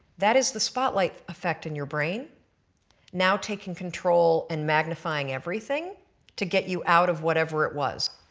that is the spotlight effect in your brain now taking control and magnifying everything to get you out of whatever it was.